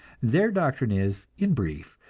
their doctrine is, in brief,